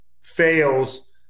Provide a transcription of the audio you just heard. fails